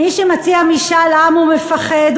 מי שמציע משאל עם הוא מפחד,